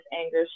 anger